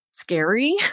scary